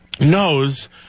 knows